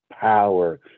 power